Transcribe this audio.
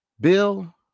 Bill